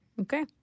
Okay